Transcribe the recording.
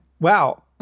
Wow